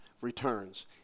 returns